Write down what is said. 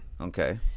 okay